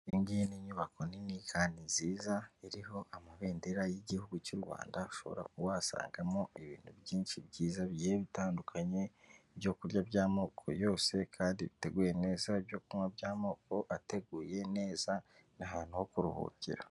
Iyi n'inyubako nini kandi nziza iriho amabendera y'igihugu cy'U Rwanda, ushobora kuhasangamo ibintu byinshi byiza bitandukanye ibyokurya by'amoko yose kandi biteguye neza, ibyo kunywa by'amoko ateguye neza, n'ahantu ho kuruhukira.